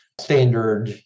standard